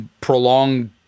prolonged